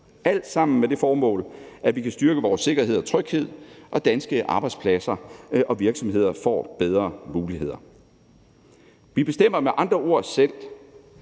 Alt sammen er med det formål, at vi kan styrke vores sikkerhed og tryghed, og at danske arbejdspladser og virksomheder får bedre muligheder. Vi bestemmer med andre ord selv.